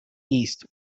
east